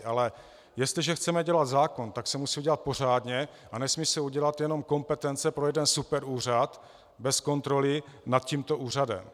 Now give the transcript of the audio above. Ale jestliže chceme dělat zákon, tak se musí udělat pořádně a nesmí se udělat jenom kompetence pro jeden superúřad bez kontroly nad tímto úřadem.